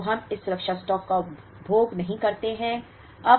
और हम इस सुरक्षा स्टॉक का उपभोग नहीं करेंगे